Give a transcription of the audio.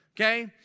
okay